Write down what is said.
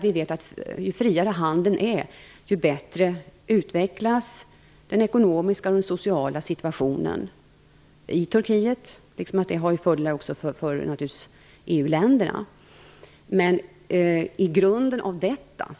Vi vet att den ekonomiska och sociala situationen i Turkiet utvecklas bättre ju friare handeln är. Det har naturligtvis också fördelar för EU-länderna.